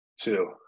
Two